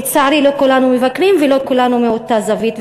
לצערי לא כולנו מבקרים ולא כולנו מאותה זווית.